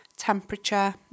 temperature